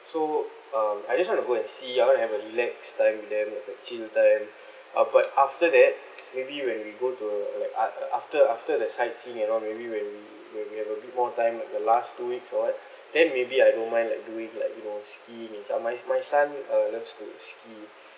so um I just want to go and see I want to have a relax time with them have a chill time uh but after that maybe when we go to like af~ after after the sightseeing and all maybe when we when we have a bit more time at the last two weeks or what then maybe I don't mind like doing like you know skiing my my son uh loves to ski